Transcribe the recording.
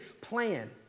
plan